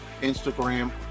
Instagram